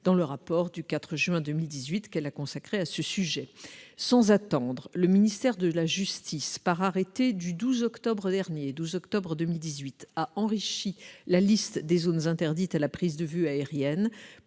dans son rapport du 4 juin 2018, consacré à ce sujet. Sans attendre, le ministère de la justice, par arrêté du 12 octobre 2018, a enrichi la liste des zones interdites à la prise de vue aérienne